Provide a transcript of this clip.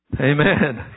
Amen